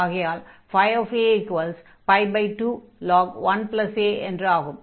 ஆகையால் a21a என்று ஆகும்